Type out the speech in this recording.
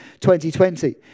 2020